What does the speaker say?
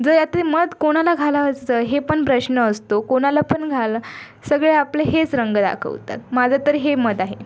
जर यात ते मत कोणाला घालायचं हे पण प्रश्न असतो कोणाला पण घाला सगळे आपले हेच रंग दाखवतात माझं तर हे मत आहे